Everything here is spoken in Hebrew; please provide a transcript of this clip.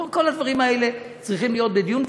כל הדברים האלה צריכים להיות בדיון,